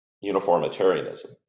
uniformitarianism